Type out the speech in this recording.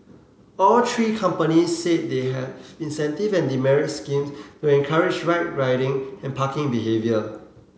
all three companies say they have incentive and demerit scheme to encourage right riding and parking behaviour